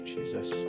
Jesus